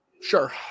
Sure